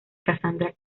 cassandra